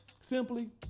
Simply